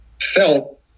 felt